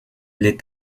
les